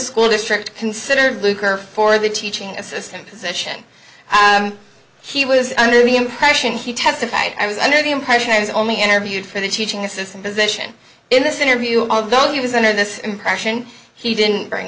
school district considered luker for the teaching assistant position he was under the impression he testified i was under the impression i was only interviewed for the teaching assistant position in this interview although he was under this impression he didn't bring